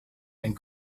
and